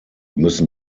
müssen